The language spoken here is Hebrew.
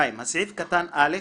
2. בסעיף קטן (א),